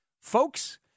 Folks